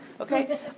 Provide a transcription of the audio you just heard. okay